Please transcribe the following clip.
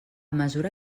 mesura